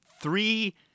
Three